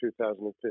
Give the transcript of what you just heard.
2015